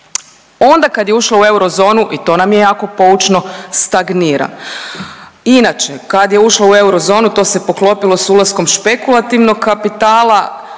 onda kad je ušla u eurozonu i to nam je jako poučno stagnira. Inače kada je ušla u eurozonu to se poklopilo s ulaskom špekulativnog kapitala,